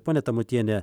pone tamutienė